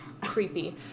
creepy